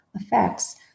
effects